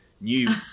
new